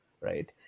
right